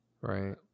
Right